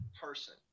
person